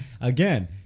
again